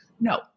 No